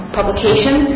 publication